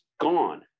gone